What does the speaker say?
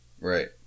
Right